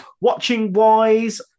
Watching-wise